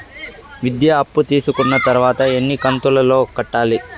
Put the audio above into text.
విద్య అప్పు తీసుకున్న తర్వాత ఎన్ని కంతుల లో కట్టాలి?